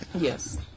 Yes